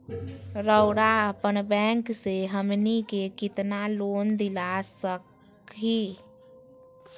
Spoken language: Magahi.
रउरा अपन बैंक से हमनी के कितना लोन दिला सकही?